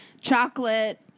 chocolate